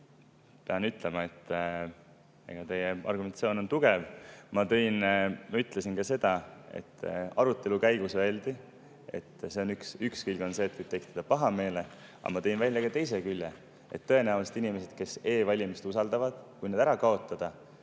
pean ütlema, et teie argumentatsioon on tugev. Ma ütlesin seda, et arutelu käigus öeldi, et üks külg on see, et võib tekitada pahameele, aga ma tõin välja ka teise külje: tõenäoliselt inimesed, kes e-valimist usaldavad, käiksid valimas